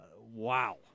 wow